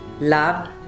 love